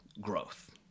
growth